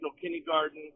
kindergarten